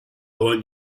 want